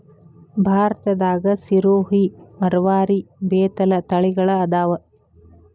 ಭಾರತದಾಗ ಸಿರೋಹಿ, ಮರವಾರಿ, ಬೇತಲ ತಳಿಗಳ ಅದಾವ